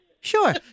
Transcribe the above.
Sure